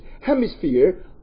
hemisphere